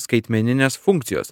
skaitmeninės funkcijos